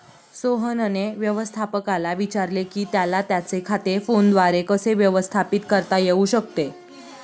सोहनने व्यवस्थापकाला विचारले की त्याला त्याचे खाते फोनद्वारे कसे व्यवस्थापित करता येऊ शकते